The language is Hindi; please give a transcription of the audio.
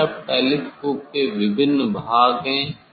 यह सब टेलीस्कोप के विभिन्न भाग है